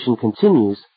continues